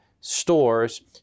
stores